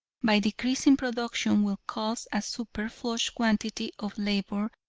by decreasing production, will cause a superfluous quantity of labor,